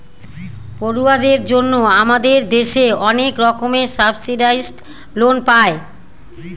পড়ুয়াদের জন্য আমাদের দেশে অনেক রকমের সাবসিডাইসড লোন পায়